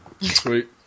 Sweet